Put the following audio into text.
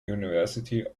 university